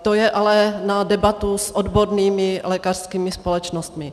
To je ale na debatu s odbornými lékařskými společnostmi.